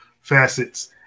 facets